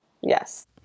Yes